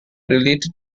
related